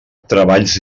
treballs